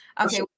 Okay